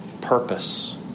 purpose